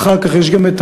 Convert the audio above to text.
ואחר כך יש גם את